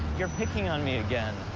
you're picking on me again.